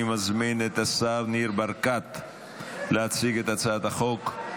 אני מזמין את השר ניר ברקת להציג את הצעת החוק.